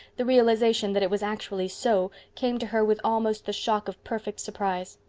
the realization that it was actually so came to her with almost the shock of perfect surprise.